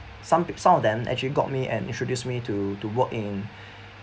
some some of them actually got me and introduced me to to work in